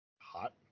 Hot